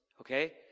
okay